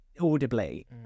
audibly